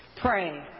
Pray